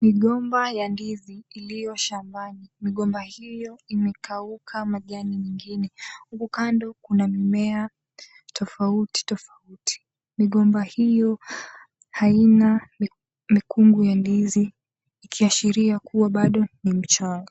Migomba ya ndizi iliyo shambani. Migomba hiyo imekauka majani mengine huku kando kuna mimea tofauti tofauti. Migomba hiyo haina mikungu ya ndizi, ikiashiria kuwa bado ni mchanga.